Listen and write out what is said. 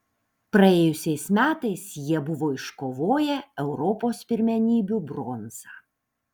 praėjusiais metais jie buvo iškovoję europos pirmenybių bronzą